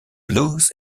blues